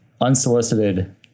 unsolicited